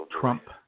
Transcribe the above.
Trump